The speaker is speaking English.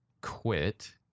quit